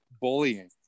bullying